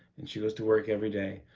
and she goes to work every day.